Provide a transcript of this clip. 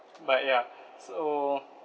but ya so